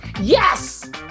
Yes